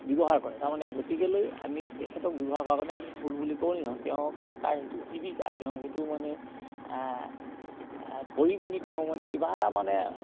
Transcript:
ব্যৱহাৰ কৰে তাৰমানে গতিকেলৈ আমি তেখেতক ব্যৱহাৰ কৰাৰ কাৰণে আমি ভুল বুলি ক'ব নিবিচাৰো তেওঁ কাৰণ তাৰ সেইটো জীৱিকা তেওঁ সেইটো মানে কৰি পিনি তেওঁ মানে কিবা এটা মানে